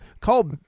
call